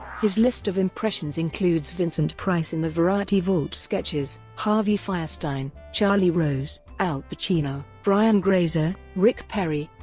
his list of impressions includes vincent price in the variety vault sketches, harvey fierstein, charlie rose, al pacino, brian grazer, rick perry,